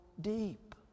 deep